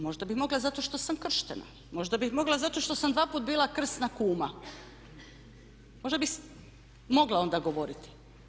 Možda bi mogla zato što sam krštena, možda bih mogla zato što sam dva put bila krsna kuma, možda bi mogla onda govoriti?